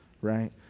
right